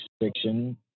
fiction